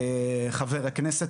חבר הכנסת,